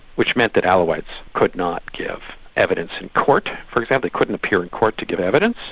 which meant that alawites could not give evidence in court for example, couldn't appear in court to give evidence,